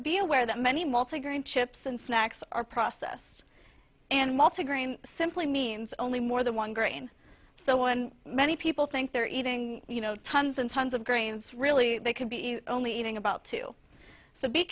be aware that many multigrain chips and snacks are process and multi grain simply means only more than one grain so when many people think they're eating you know tons and tons of grains really they could be only eating about two so be